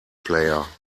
player